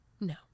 No